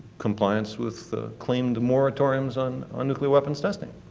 compliance with claimed moratoriums on ah nuclear weapons testing.